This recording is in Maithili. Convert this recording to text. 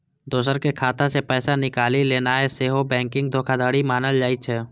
दोसरक खाता सं पैसा निकालि लेनाय सेहो बैंकिंग धोखाधड़ी मानल जाइ छै